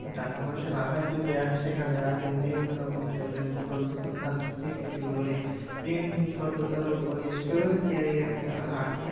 টাকাপয়সা রাখার যে ব্যাগ সেখানে রাখেন বিভিন্ন রকম জলের বোতল থেকে খাদ্য থেকে শুরু করে বিভিন্ন জিনিসপত্র তারা উপরে স্টোরেজ ক্যারিয়ারে তারা রাখে